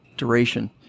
Duration